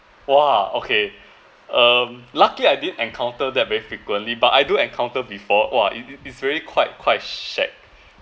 !wah! okay um luckily I did encounter that very frequently but I do encounter before !wah! it it it's really quite quite shag